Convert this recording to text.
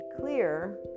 clear